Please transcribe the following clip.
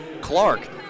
Clark